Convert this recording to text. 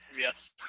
Yes